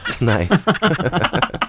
Nice